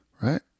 right